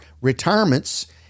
retirements